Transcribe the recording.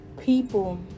people